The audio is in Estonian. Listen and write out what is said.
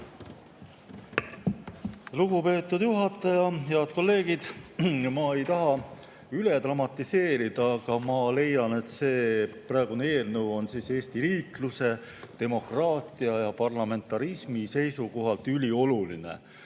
Lugupeetud juhataja! Head kolleegid! Ma ei taha üle dramatiseerida, aga ma leian, et see eelnõu on Eesti riikluse, demokraatia ja parlamentarismi seisukohalt ülioluline.